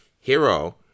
hero